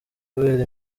kubera